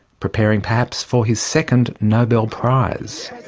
preparing perhaps for his second nobel prize!